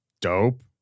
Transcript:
dope